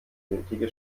nötige